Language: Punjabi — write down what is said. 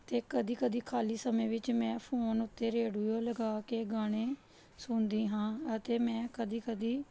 ਅਤੇ ਕਦੇ ਕਦੇ ਖਾਲੀ ਸਮੇਂ ਵਿੱਚ ਮੈਂ ਫੋਨ ਉੱਤੇ ਰੇਡੀਓ ਲਗਾ ਕੇ ਗਾਣੇ ਸੁਣਦੀ ਹਾਂ ਅਤੇ ਮੈਂ ਕਦੇ ਕਦੇ